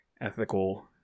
ethical